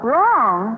Wrong